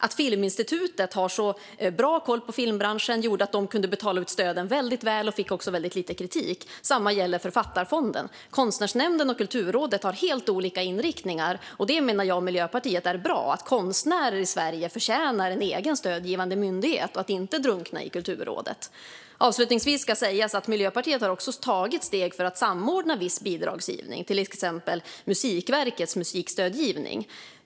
Att Filminstitutet har så bra koll på filmbranschen gjorde att de kunde betala ut stöden på ett välriktat sätt och fick väldigt lite kritik. Samma gäller för Författarfonden. Konstnärsnämnden och Kulturrådet har helt olika inriktningar. Vi i Miljöpartiet menar att det är bra; konstnärer i Sverige förtjänar en egen stödgivande myndighet och att inte drunkna i Kulturrådet. Miljöpartiet har också tagit steg för att samordna viss bidragsgivning, till exempel Musikverkets musikstödgivning.